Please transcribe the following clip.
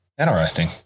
Interesting